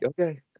okay